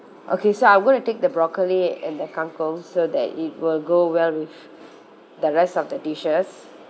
okay so I'm gonna take the broccoli and the kang kong so that it will go well with the rest of the dishes